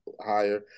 higher